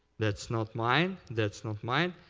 that's not mine. that's not mine.